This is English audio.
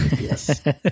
Yes